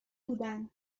بودن